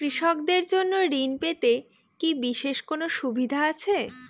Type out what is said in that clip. কৃষকদের জন্য ঋণ পেতে কি বিশেষ কোনো সুবিধা আছে?